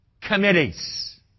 committees